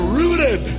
rooted